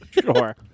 Sure